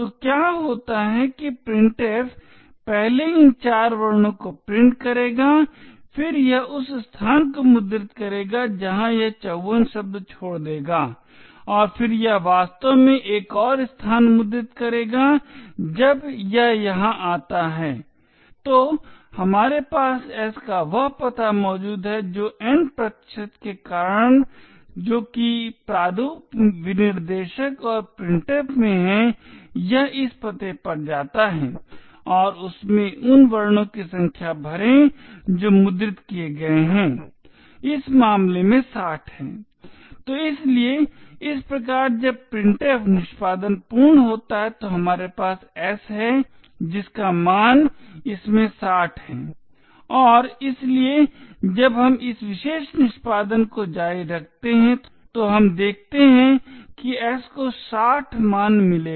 तो क्या होता है कि printf पहले इन चार वर्णों को प्रिंट करेगा फिर यह उस स्थान को मुद्रित करेगा जहां यह 54 शब्द छोड़ देगा और फिर यह वास्तव में एक और स्थान मुद्रित करेगा जब यह यहाँ आता है तो हमारे पास s का वह पता मौजूद है तो n प्रतिशत के कारण जो कि प्रारूप विनिर्देशक और printf में है यह इस पते पर जाता है और इसमें उन वर्णों की संख्या भरें जो मुद्रित किए गए हैं इस मामले में 60 है तो इसलिए इस प्रकार जब printf निष्पादन पूर्ण होता है तो हमारे पास s है जिसका मान इसमें 60 है और इसलिए जब हम इस विशेष निष्पादन को जारी रखते हैं तो हम देखते हैं कि s को 60 का मान मिलेगा